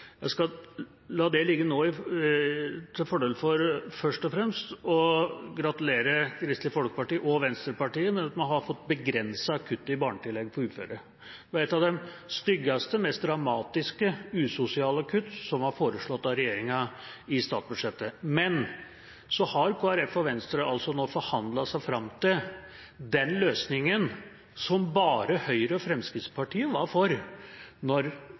jeg skal la det ligge nå til fordel for først og fremst å gratulere Kristelig Folkeparti og Venstre med at man har fått begrenset kuttet i barnetillegget for uføre. Det var et av de styggeste, mest dramatiske, usosiale kutt som var foreslått av regjeringa i statsbudsjettet. Kristelig Folkeparti og Venstre har altså nå forhandlet seg fram til den løsningen som bare Høyre og Fremskrittspartiet var for